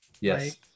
Yes